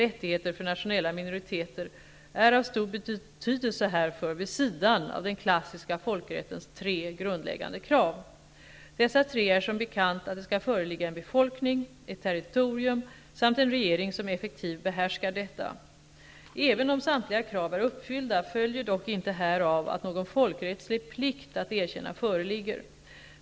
rättigheter för nationella minoriteter är av stor betydelse härför vid sidan av den klassiska folkrättens tre grundläggande krav. Dessa tre är som bekant att det skall föreligga en befolkning, ett territorium samt en regering som effektivt behärskar detta. Även om samtliga krav är uppfyllda följer dock inte härav att någon folkrättslig plikt att erkänna föreligger.